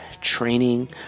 training